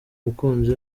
umukunzi